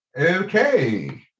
Okay